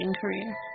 career